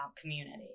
community